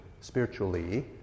spiritually